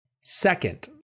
Second